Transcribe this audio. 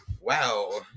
Wow